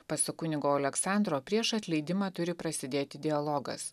pasak kunigo oleksandro prieš atleidimą turi prasidėti dialogas